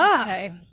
Okay